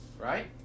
Right